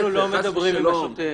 להפך -- אנחנו לא מדברים עם שוטר.